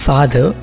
Father